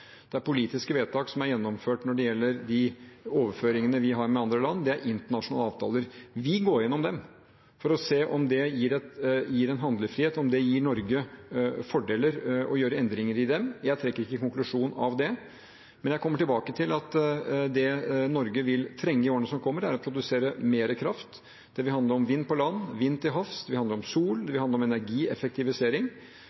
Det er politiske vedtak som er gjennomført når det gjelder de overføringene vi har mellom land. Det er internasjonale avtaler. Vi går igjennom dem for å se om det gir en handlefrihet, om det gir Norge fordeler å gjøre endringer i dem. Jeg trekker ikke noen konklusjon om det, men jeg kommer tilbake til at det Norge vil trenge i årene som kommer, er å produsere mer kraft. Det vil handle om vind på land, vind til havs,